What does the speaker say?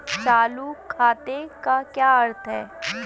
चालू खाते का क्या अर्थ है?